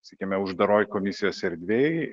sakykime uždaroj komisijos erdvėj